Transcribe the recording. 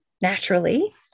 naturally